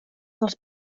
dels